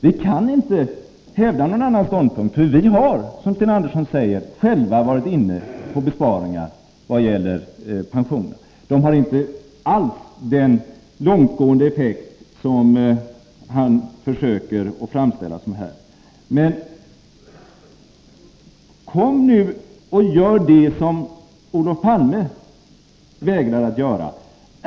Vi kan inte hävda någon annan ståndpunkt, för vi har, som Sten Andersson säger, själva varit inne på besparingar vad gäller pensionerna, även om de inte alls har så långtgående effekter som han framställer det. Kom nu fram och gör det som Olof Palme vägrade att göra!